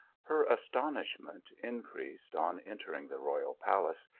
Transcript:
her astonishment increased on entering the royal palace,